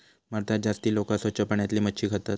भारतात जास्ती लोका स्वच्छ पाण्यातली मच्छी खातत